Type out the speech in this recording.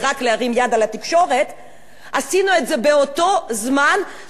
עשינו את זה בזמן שכל ילד שני במשפחות